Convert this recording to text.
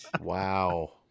Wow